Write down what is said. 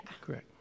Correct